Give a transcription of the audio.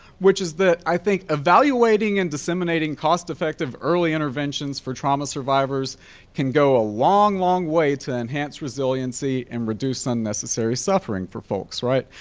which is that i think evaluating and disseminating cost-effective early interventions for trauma survivors can go a long, long way to enhance resiliency and reduce unnecessary suffering for folks, right?